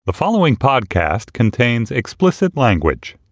the following podcast contains explicit language